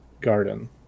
garden